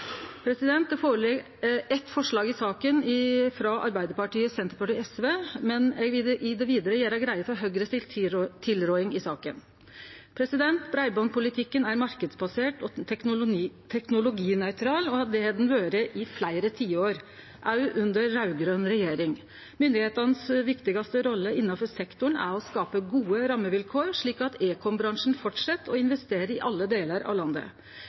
Det ligg føre eitt forslag i saka, frå Arbeidarpartiet, Senterpartiet og SV, men eg vil i det vidare gjere greie for Høgre si tilråding i saka. Breibandspolitikken er marknadsbasert og teknologinøytral. Det har han vore i fleire tiår, òg under den raud-grøne regjeringa. Myndigheitene si viktigaste rolle innanfor sektoren er å skape gode rammevilkår, slik at ekombransjen held fram med å investere i alle delar av landet.